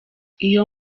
iyo